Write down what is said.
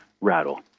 rattle